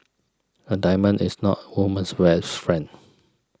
a diamond is not a woman's rest friend